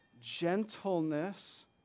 gentleness